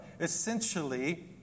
essentially